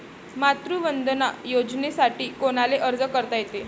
मातृवंदना योजनेसाठी कोनाले अर्ज करता येते?